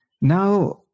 Now